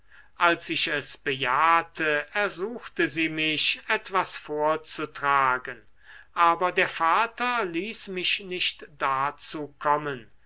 als ich es bejahte ersuchte sie mich etwas vorzutragen aber der vater ließ mich nicht dazu kommen